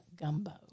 gumbo